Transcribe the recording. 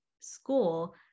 school